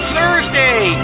Thursday